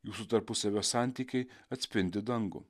jūsų tarpusavio santykiai atspindi dangų